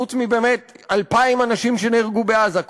חוץ מ-2,000 אנשים שנהרגו בעזה,